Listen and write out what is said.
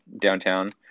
downtown